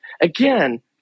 again